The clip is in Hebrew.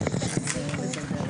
ננעלה